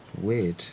Weird